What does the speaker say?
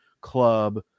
club